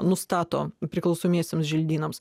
nustato priklausomiesiems želdynams